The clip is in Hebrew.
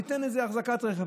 ניתן אחזקת רכב.